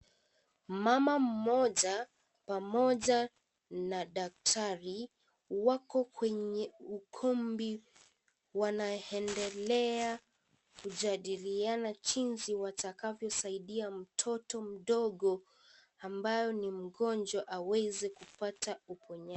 Mama mmoja pamoja na daktari wako kwenye ukumbi wanaendelea kujadiliana jinsi watakavyo saidia mtoto mdogo ambaye ni mgonjwa aweze kupata uponyaji.